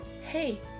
hey